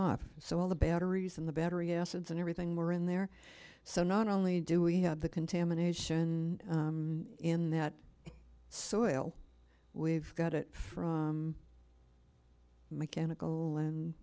mob so all the batteries in the battery acids and everything were in there so not only do we have the contamination in that soil we've got it from mechanical and